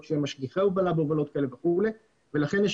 לכן,